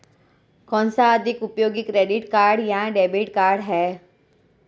कौनसा अधिक उपयोगी क्रेडिट कार्ड या डेबिट कार्ड है?